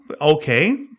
okay